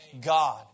God